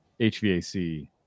HVAC